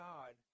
God